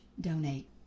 donate